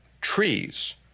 trees